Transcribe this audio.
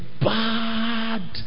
bad